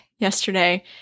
yesterday